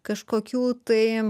kažkokių tai